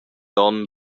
onn